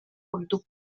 курдук